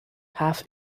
half